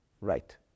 Right